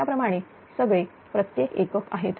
याप्रमाणे सगळे प्रत्येक एकक आहेत